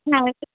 হ্যাঁ